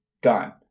Gone